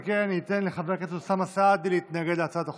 על כן אני אתן לחבר הכנסת אוסאמה סעדי להתנגד להצעת החוק,